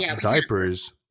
diapers